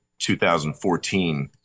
2014